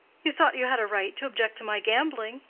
you thought you had a right to object to my gambling,